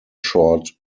short